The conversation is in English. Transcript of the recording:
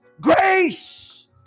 Grace